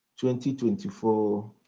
2024